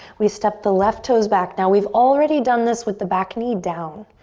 we step the left toes back. now we've already done this with the back knee down.